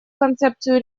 концепцию